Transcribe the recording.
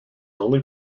only